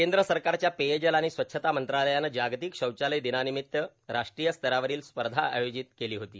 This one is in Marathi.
केंद्र सरकारच्या पेयजल आणि स्वच्छता मंत्रालयाने जागतिक शौचालय दिनानिमित्त राष्टीय स्तरावरील स्पर्धा आयोजित केली होती